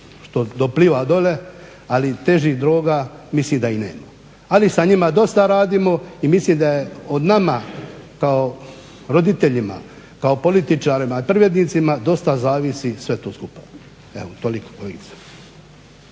što dopliva dolje, ali težih droga mislim da i nema, ali sa njima dosta radimo. I mislim da je o nama, kao roditeljima, kao političarima i privrednicima dosta zavisi sve to skupa. Evo, toliko kolegice.